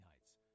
Heights